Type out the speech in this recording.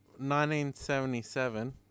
1977